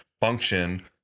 function